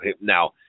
Now